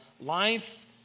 Life